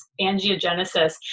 angiogenesis